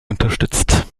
unterstützt